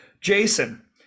Jason